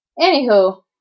Anywho